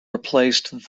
replaced